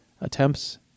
attempts